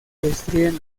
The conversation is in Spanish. destruyen